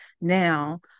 now